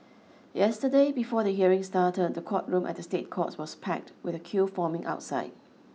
yesterday before the hearing started the courtroom at the State Courts was packed with a queue forming outside